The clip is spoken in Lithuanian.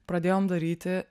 pradėjom daryti